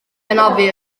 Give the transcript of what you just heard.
anafu